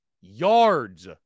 yards